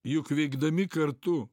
juk veikdami kartu